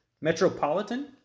Metropolitan